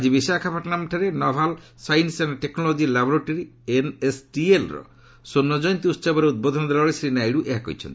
ଆଜି ବିଶାଖାପାଟଣାଠାରେ naval science and technology laboratory ଏନ୍ଏସ୍ଟିଏଲ୍ର ସ୍ୱର୍ଷ କୟନ୍ତୀ ଉହବରେ ଉଦ୍ବୋଧନ ଦେଲାବେଳେ ଶ୍ରୀ ନାଇଡୁ ଏହା କହିଛନ୍ତି